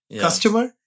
customer